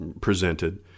presented